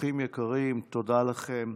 אורחים יקרים, תודה לכם.